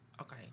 Okay